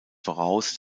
voraus